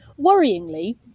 Worryingly